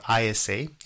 ISA